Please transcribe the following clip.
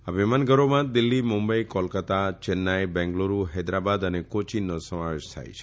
આ વિમાનઘરોમાં દિલ્હી મુંબઇ કોલકત્તા ચેન્નાઇ બેંગલુરૂ હૈદરાબાદ અને કોચીનનો સમાવેશ થાય છે